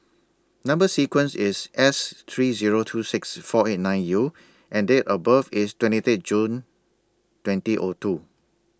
Number sequence IS S three Zero two six four eight nine U and Date of birth IS twenty three June twenty O two